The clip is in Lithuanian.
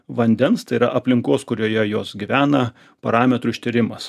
vandens tai yra aplinkos kurioje jos gyvena parametrų ištyrimas